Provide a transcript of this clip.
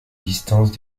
distance